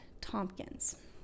Tompkins